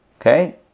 Okay